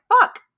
fuck